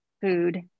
food